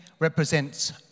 represents